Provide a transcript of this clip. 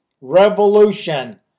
revolution